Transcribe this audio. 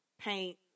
paint